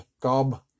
gob